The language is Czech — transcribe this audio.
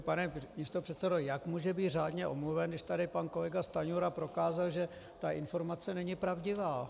Pane místopředsedo, jak může být řádně omluven, když tady pan kolega Stanjura prokázal, že ta informace není pravdivá?